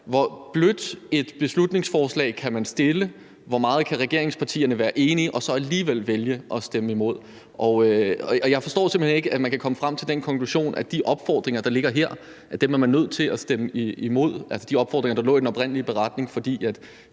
hvor blødt et beslutningsforslag man kan fremsætte, og hvor meget regeringspartierne kan være enige i det, og at de så alligevel kan vælge at stemme imod det. Og jeg forstår simpelt hen ikke, at man kan komme frem til den konklusion, at man er nødt til at stemme imod de opfordringer, der lå i den oprindelige beretning, for